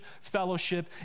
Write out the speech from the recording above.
fellowship